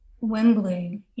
Wembley